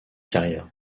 carrière